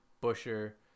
busher